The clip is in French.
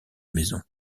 maison